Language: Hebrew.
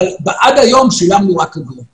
אבל עד היום שילמנו רק אגרות